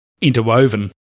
interwoven